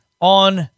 on